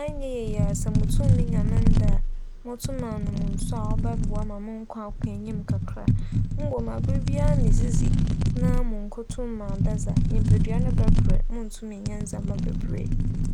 annyɛ yie a sɛ mutum menya me nda a, mobotum m'anom nsu a ͻbͻboa ma me nkwa akͻ enya kakra mbom aber biara midzidzi na munnkotum m'ada dze a, nyimpadua no bɛberɛ munntum nnyɛ ndzɛmba beberee.